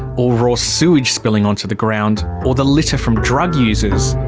or raw sewage spilling onto the ground. or the litter from drug users.